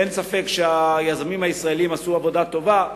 אין ספק שהיזמים הישראלים עשו עבודה טובה,